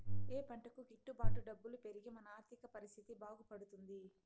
ఏ పంటకు గిట్టు బాటు డబ్బులు పెరిగి మన ఆర్థిక పరిస్థితి బాగుపడుతుంది?